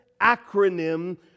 acronym